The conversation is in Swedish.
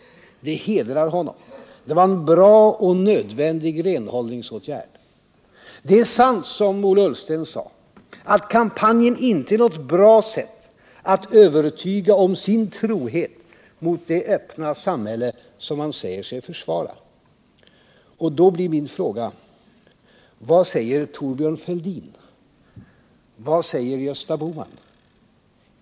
Det hedrar honom. Det var en bra och nödvändig renhållningsåtgärd. Det är sant som Ola Ullsten sade, att kampanjen ”inte är något bra sätt att övertyga om sin trohet mot det öppna samhälle som man säger sig försvara”. Nu blir min fråga: Vad säger Thorbjörn Fälldin? Vad säger Gösta Bohman?